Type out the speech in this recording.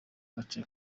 gace